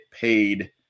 paid